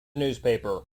newspaper